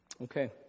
Okay